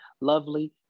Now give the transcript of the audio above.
lovely